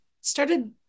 started